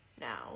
now